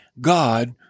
God